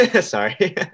Sorry